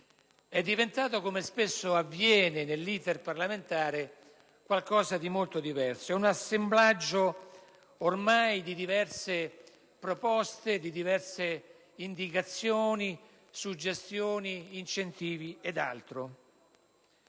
è diventato, come spesso avviene nell'*iter* parlamentare, qualcosa di molto diverso: è ormai un assemblaggio di diverse proposte, indicazioni, suggestioni, incentivi ed altro.